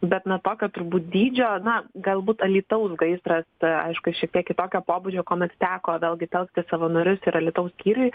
bet na tokio turbūt dydžio na galbūt alytaus gaisras aišku jis šiek tiek kitokio pobūdžio kuomet teko vėlgi telkti savanorius ir alytaus skyriui